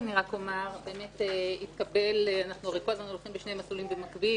אנחנו הרי כל הזמן הולכים בשני מסלולים במקביל